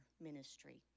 ministry